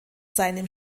seinem